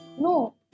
no